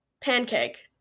pancake